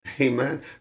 Amen